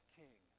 king